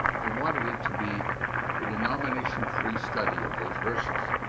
i wanted it to be a denomination-free study of those verses.